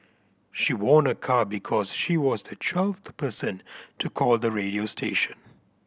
she won a car because she was the twelfth person to call the radio station